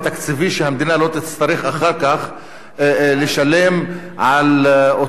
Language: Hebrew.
שהמדינה לא תצטרך אחר כך לשלם על אותם אנשים